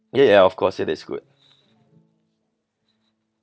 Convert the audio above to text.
ya ya of course it is good